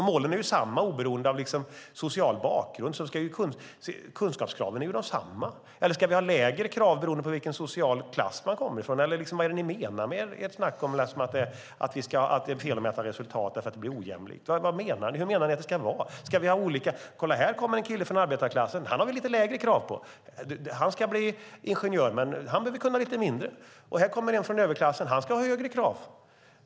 Målen är desamma oberoende av social bakgrund. Kunskapskraven är ju desamma. Eller ska vi ha lägre krav beroende på vilken social klass man kommer ifrån? Eller vad menar ni med ert snack om att det är fel att mäta resultatet eftersom det blir ojämlikt? Vad menar ni? Hur menar ni att det ska vara? - Kolla, här kommer en kille från arbetarklassen! Honom har vi lite lägre krav på. Han ska bli ingenjör, men han behöver kunna lite mindre. Och här kommer en från överklassen! Han ska ha högre krav.